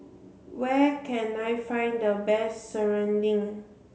where can I find the best Serunding